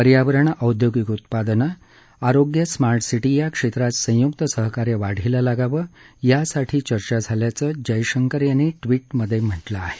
पर्यावरण औद्योगिक उत्पादनं आरोग्य स्मार्ट सिटी या क्षेत्रात संयुक्त सहकार्य वाढीला लागावं यासाठी चर्चा झाल्याचं जयशंकर यांनी ट्विटमधे म्हटलं आहे